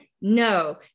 No